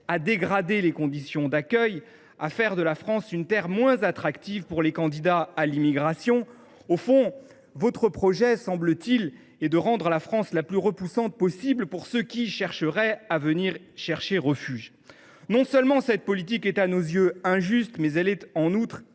à dégrader les conditions d’accueil des étrangers et à faire de la France une terre moins attractive pour les candidats à l’immigration. Au fond, votre projet est, semble t il, de rendre la France la plus repoussante possible pour ceux qui chercheraient à y chercher refuge. Bravo ! Non seulement cette politique est à nos yeux injuste, mais elle est en outre